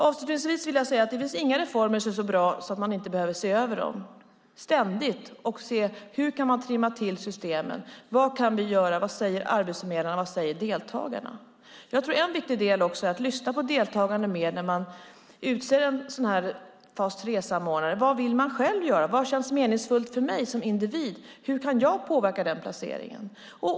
Avslutningsvis vill jag säga följande: Det finns inga reformer som är så bra att man inte ständigt behöver se över dem för att se hur man kan trimma systemen. Vad kan vi göra? Vad säger arbetsförmedlarna, och vad säger deltagarna? Jag tror att en viktig del är att lyssna mer på deltagarna när man utser en fas 3-samordnare. Vad vill jag själv göra? Vad känns meningsfullt för mig som individ? Hur kan jag påverka den placeringen?